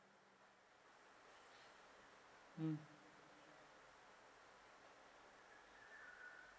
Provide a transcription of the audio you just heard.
mm